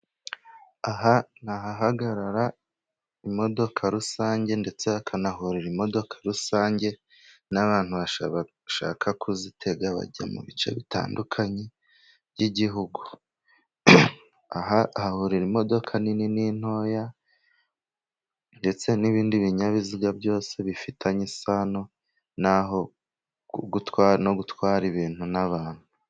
Aha ni ahahagarara imodoka rusange ndetse hakanahuriraa imodoka rusange n'abantu bashaka kuzitega bajya mu bice bitandukanye by'igihugu . Aha hahurira imodoka nini n'intoya, ndetse n'ibindi binyabiziga byose bifitanye isano no gutwara ibintu n'abantu.